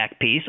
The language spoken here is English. piece